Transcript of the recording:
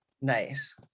Nice